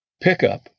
pickup